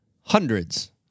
hundreds